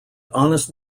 honest